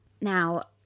Now